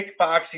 kickboxing